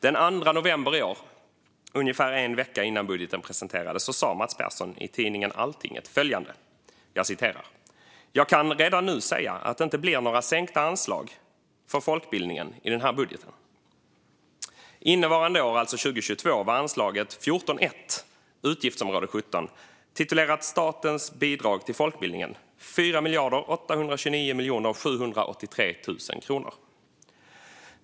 Den 2 november i år, ungefär en vecka innan budgeten presenterades, sa Mats Persson i nättidningen Altinget följande: "Jag kan redan nu säga att det inte blir några sänkta anslag för folkbildningen i den här budgeten." Innevarande år, alltså 2022, var anslaget 14:1, i utgiftsområde 17, B idrag till folkbildningen 4 829 783 000 kronor.